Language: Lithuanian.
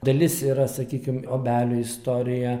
dalis yra sakykim obelių istorija